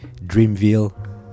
Dreamville